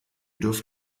dürft